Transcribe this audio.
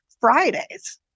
fridays